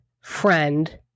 friend